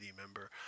member